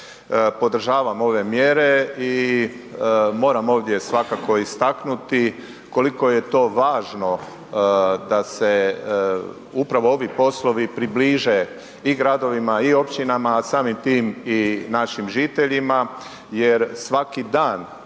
podržavam ove mjere i moram ovdje svakako istaknuti koliko je to važno da se upravo ovi poslovi približe i gradovima i općinama, a samim tim i našim žiteljima jer svaki dan